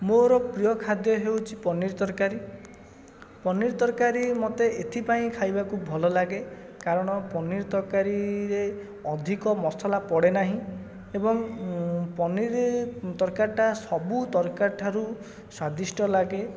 ମୋର ପ୍ରିୟ ଖାଦ୍ୟ ହେଉଛି ପନିର ତରକାରୀ ପନିର ତରକାରୀ ମୋତେ ଏଥିପାଇଁ ଖାଇବାକୁ ଭଲ ଲାଗେ କାରଣ ପନିର ତରକାରୀରେ ଅଧିକ ମସଲା ପଡ଼େ ନାହିଁ ଏବଂ ପନିର ତରକାରୀଟା ସବୁ ତରକାରୀ ଠାରୁ ସ୍ୱାଦିଷ୍ଟ ଲାଗେ